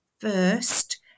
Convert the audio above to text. first